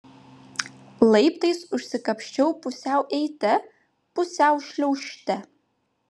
laiptais užsikapsčiau pusiau eite pusiau šliaužte